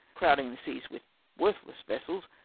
crowding the seas vith worthless vessels,